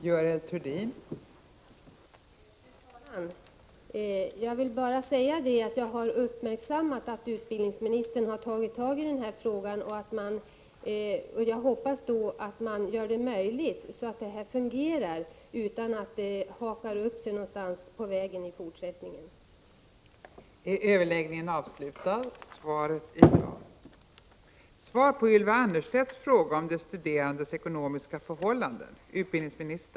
Prot. 1985/86:83 Fru talman! Jag har uppmärksammat att utbildningsministern har tagit tag 20 februari 1986 i den här frågan, och jag hoppas att det hela kommer att fungera i fortsättningen utan att det hakar upp sig någonstans på vägen. SR deseeNE